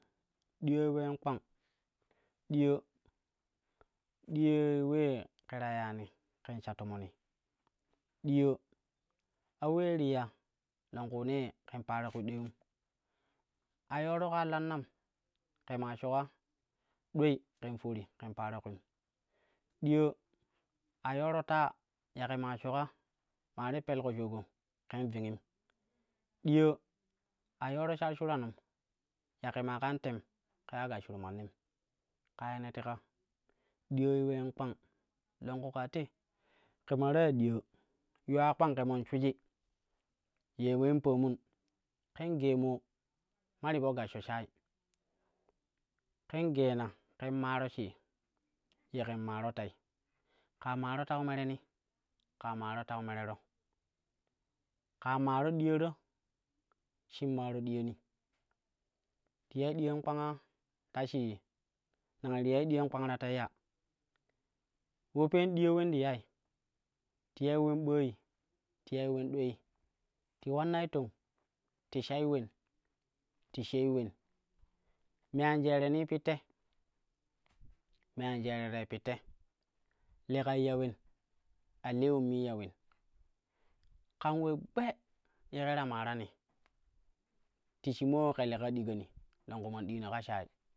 Diyai uleen kpang, diyaa, diyai ulee ƙe ta yaani ƙen sha tomoni. Diyaa a ulee ti ya longkuunee kan paro kwii duleim a yoora kaa lannam kema shoka dulei ken pori ƙen pero kulim diya a yooro ta ya ke maa shoko maa ti pel ko shoko ƙen vingin diya a yooro shar shuranwu ya ke maa kan tem ken ula gashshuru manninm ƙa ye ne teka ɗiyai uleen ƙpang longku kaa te ke maa ta ya diyaa, yuwa kpang ke man shuiji, ye ulan paamun ken gee mo mati po gashsho shayi ƙen geena ken maaro shi ye ken maan tei, ƙaa maaro tau mere ni ƙaa maar tau merero, ƙaa maaro diyaro shin maaro diyani ti yai diyan kpangaa ta shii nang ti yai diyan kpang ta tei ya ulo pen diya ulen ti yai, ti yai ulen ɓooi ti yai ulen dulei ti ulammai tong ti shal ulen, ti shei alen me an jerenii pitte, me anjereroi pitte lekai ya ulen a lewun mii ya ulen ƙan ule gbe ye ƙa ta maarani ti shik moo ke leka digani longku man diana ka shayi.